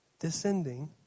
descending